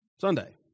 Sunday